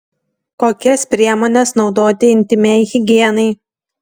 kokias priemones naudoti intymiai higienai